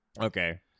Okay